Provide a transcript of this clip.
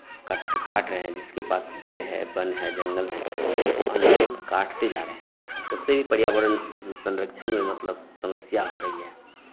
cut काट रहे हैं जिसके पास पेड़ है वन है जंगल हैं ओ अंधाधुंध काटते जा रहे हैं उससे भी पर्यावरण संरक्षण में मतलब समस्या हो रही है